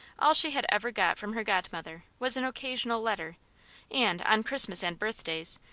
all she had ever got from her godmother was an occasional letter and, on christmas and birthdays,